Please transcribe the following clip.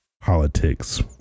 politics